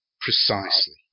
Precisely